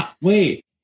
wait